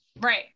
Right